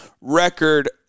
record